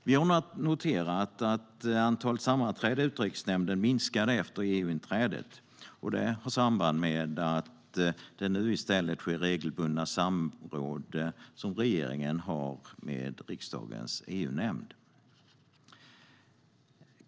Vi har noterat att antalet sammanträden i Utrikesnämnden minskade efter EU-inträdet. Det har samband med att regeringen nu i stället har regelbundna samråd med riksdagens EU-nämnd.